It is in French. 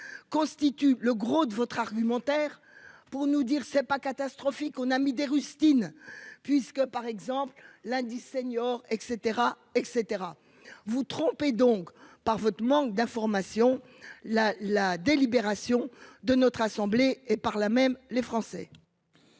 Constituent le gros de votre argumentaire pour nous dire c'est pas catastrophique, on a mis des rustines, puisque par exemple, l'indice senior et cetera et cetera vous trompez donc par votre manque d'informations. La la délibération de notre assemblée, et par là même les Français.